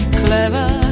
clever